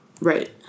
Right